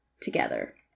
together